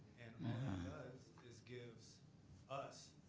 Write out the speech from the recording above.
does is gives us,